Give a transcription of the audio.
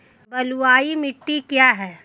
बलुई मिट्टी क्या है?